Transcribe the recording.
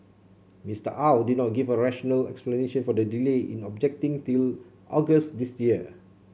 Mister Au did not give a rational explanation for the delay in objecting till August this year